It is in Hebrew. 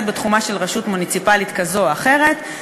בתחומה של רשות מוניציפלית כזו או אחרת,